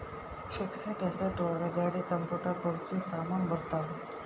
fixed asset ಒಳಗ ಗಾಡಿ computer ಕುರ್ಚಿ ಸಾಮಾನು ಬರತಾವ